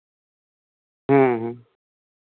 ᱦᱮᱸ